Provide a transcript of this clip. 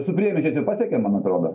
su priemiesčiais ir pasiekė man atrodo